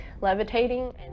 levitating